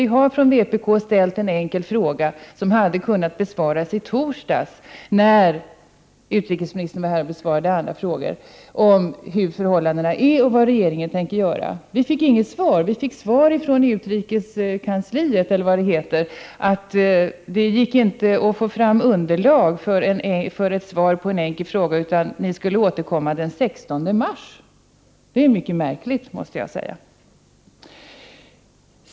Vi har från vpk:s sida ställt en enkel fråga, som hade kunnat besvaras i torsdags, när utrikesministern var här och besvarade andra frågor. Vi hade kunnat få veta hur förhållandena är och vad regeringen tänker göra. Men vi fick inget svar. Däremot fick vi ett svar från utrikeskansliet, eller vad det heter, nämligen att det inte gick att få fram underlag för ett svar på en enkel fråga, utan ni skulle återkomma den 16 mars. Det är mycket märkligt, måste jag säga.